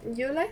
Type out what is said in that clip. you leh